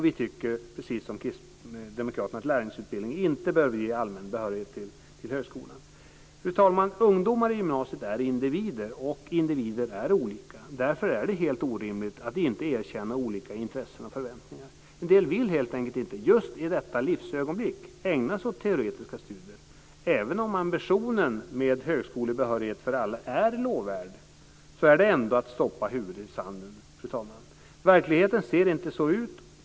Vi tycker, precis som Kristdemokraterna, att lärlingsutbildningen inte behöver ge allmän behörighet till högskolan. Fru talman! Ungdomar i gymnasiet är individer, och individer är olika. Därför är det helt orimligt att inte erkänna olika intressen och förväntningar. En del vill helt enkelt inte, just i detta livsögonblick, ägna sig åt teoretiska studier. Även om ambitionen med högskolebehörighet för alla är lovvärd är det att stoppa huvudet i sanden, fru talman. Verkligheten ser inte så ut.